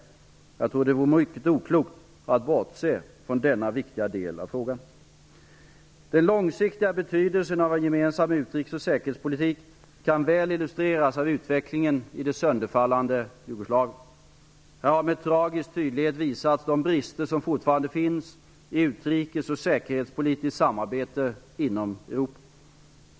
Jag tror att det vore mycket oklokt att bortse från denna viktiga del av frågan. Den långsiktiga betydelsen av en gemensam utrikes och säkerhetspolitik kan väl illustreras av utvecklingen i det sönderfallande Jugoslavien. Här har med tragisk tydlighet visats de brister som fortfarande finns i utrikes och säkerhetspolitiskt samarbete inom Europa.